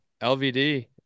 lvd